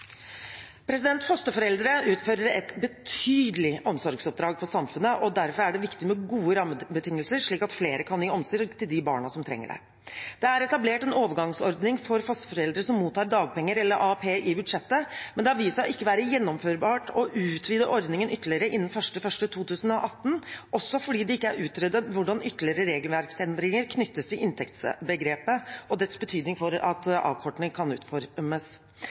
Fosterforeldre utfører et betydelig omsorgsoppdrag for samfunnet, og derfor er det viktig med gode rammebetingelser, slik at flere kan gi omsorg til de barna som trenger det. Det er etablert en overgangsordning for fosterforeldre som mottar dagpenger eller AAP i budsjettet, men det har vist seg ikke å være gjennomførbart å utvide ordningen ytterligere innen 1. januar 2018 fordi det ikke er utredet hvordan ytterligere regelverksendringer knyttes til inntektsbegrepet og dets betydning for at avkortning kan utformes.